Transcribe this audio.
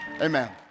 Amen